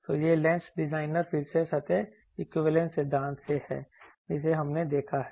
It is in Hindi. तो यह लेंस डिजाइन फिर से सतह इक्विवेलेंस सिद्धांत से है जिसे हमने देखा है